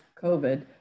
COVID